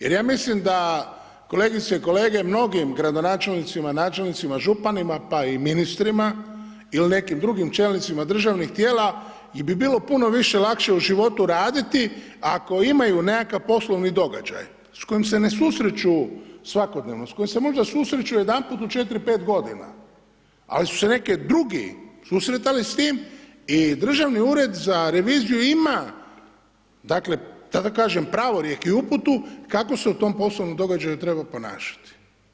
Jer ja mislim da kolegice i kolege mnogim gradonačelnicima, načelnicima, županima, pa i ministrima il nekim drugim čelnicima državnih tijela bi bilo puno više lakše u životu raditi ako imaju nekakav poslovni događaj s kojim se ne susreću svakodnevno, s kojim se možda susreću jedanput u 4, 5 godina, ali su se neki drugi susretali s tim i Državni ured za reviziju ima, dakle, da kažem, pravorijek i u uputu, kako se u tom poslovnom događaju treba ponašati.